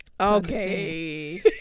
okay